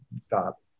stop